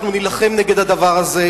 אנחנו נילחם נגד הדבר הזה,